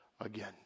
again